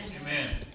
Amen